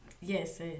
Yes